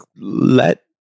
let